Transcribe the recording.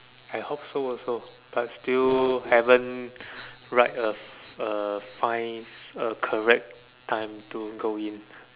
I hope so also but still haven't write a a find a correct time to go in